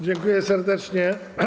Dziękuję serdecznie.